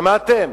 שמעתם?